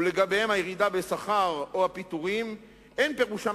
ולגביהם הירידה בשכר או הפיטורים אין פירושם